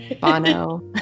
Bono